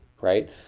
right